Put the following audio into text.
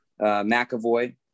McAvoy